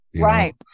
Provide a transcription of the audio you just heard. Right